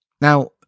Now